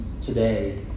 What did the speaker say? today